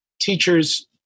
teachers